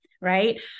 right